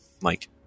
mike